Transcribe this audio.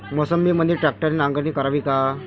मोसंबीमंदी ट्रॅक्टरने नांगरणी करावी का?